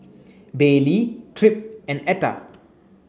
Baylee Tripp and Etta